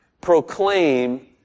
proclaim